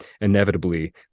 inevitably